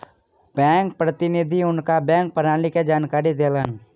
bank प्रतिनिधि हुनका bank प्रणाली के जानकारी देलैन